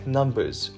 numbers